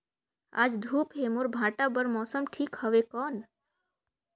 आज धूप हे मोर भांटा बार मौसम ठीक हवय कौन?